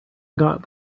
got